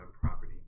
property